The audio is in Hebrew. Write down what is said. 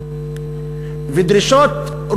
והדרישות,